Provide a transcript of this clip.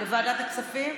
לוועדת הכספים?